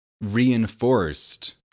reinforced